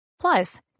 Plus